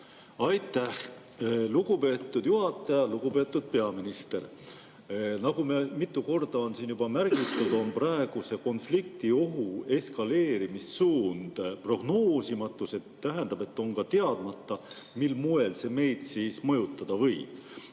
Aitäh, lugupeetud juhataja! Lugupeetud peaminister! Nagu mitu korda on siin juba märgitud, on praeguse konflikti ohu eskaleerimissuund prognoosimatu, see tähendab, et on ka teadmata, mil moel see meid siis mõjutada võib.